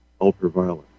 ultraviolet